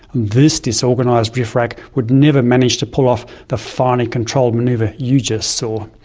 this disorganised riff raff would never manage to pull off the finely controlled manoeuvre ah you just saw.